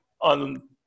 on